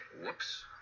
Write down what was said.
Whoops